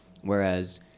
whereas